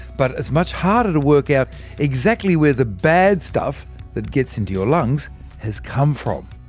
but it's much harder to work out exactly where the bad stuff that gets into your lungs has come from.